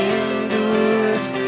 endures